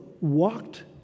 walked